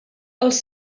els